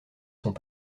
sont